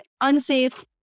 unsafe